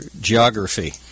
Geography